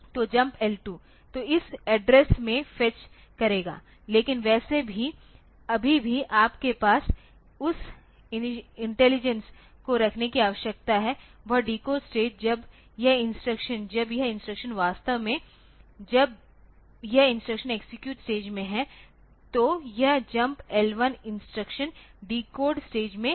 तो इस एड्रेस से फेच करेगा लेकिन वैसे भी अभी भी आपके पास उस इंटेलिजेंस को रखने की आवश्यकता है वह डिकोड स्टेज जब यह इंस्ट्रक्शन जब यह इंस्ट्रक्शन वास्तव में जब यह इंस्ट्रक्शन एक्सेक्यूट स्टेज में है तो यह jump L2 instruction decode stage में है